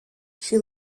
she